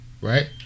Right